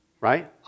right